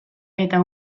eta